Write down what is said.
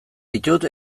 ditut